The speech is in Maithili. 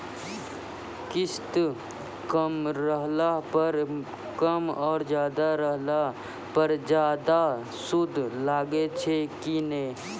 किस्त कम रहला पर कम और ज्यादा रहला पर ज्यादा सूद लागै छै कि नैय?